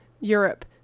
Europe